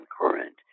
current